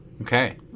Okay